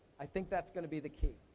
i think that's gonna be the key.